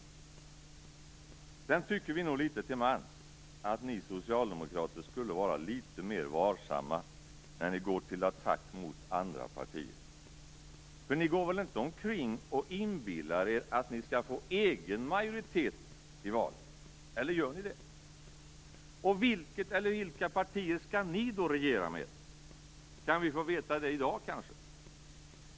Sedan tycker vi nog litet till mans att ni socialdemokrater borde vara litet mer varsamma när ni går till attack mot andra partier. Ni går väl inte omkring och inbillar er att ni skall få egen majoritet i valet, eller gör ni det? Och vilket eller vilka partier skall ni då regera med? Kan vi få veta det i dag kanske?